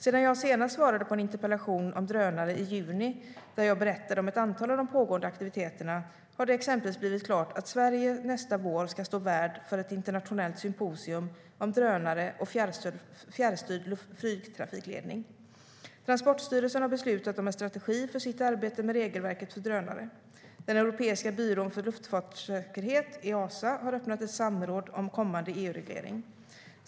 Sedan jag senast svarade på en interpellation om drönare i juni, där jag berättade om ett antal av de pågående aktiviteterna, har det exempelvis blivit klart att Sverige nästa vår ska stå värd för ett internationellt symposium om drönare och fjärrstyrd flygtrafikledning. Transportstyrelsen har beslutat om en strategi för sitt arbete med regelverket för drönare. Den europeiska byrån för luftfartssäkerhet - Easa - har öppnat ett samråd om kommande EU-reglering.